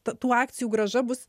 ta tų akcijų grąža bus